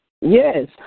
Yes